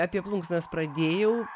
apie plunksnas pradėjau